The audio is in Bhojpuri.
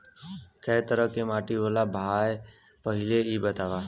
कै तरह के माटी होला भाय पहिले इ बतावा?